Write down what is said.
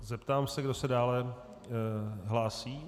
Zeptám se, kdo se dále hlásí.